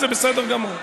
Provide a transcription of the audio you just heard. זה בסדר גמור.